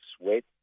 sweat